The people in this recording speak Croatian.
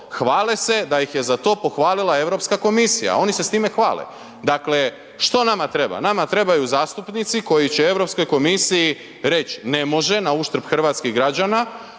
hvale se da ih je za to pohvalila Europska komisija, ono se s time hvale. Dakle, što nama treba? Nama trebaju zastupnici koji će Europskoj komisiji reć ne može nauštrb hrvatskih građana,